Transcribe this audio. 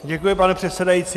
Děkuji, pane předsedající.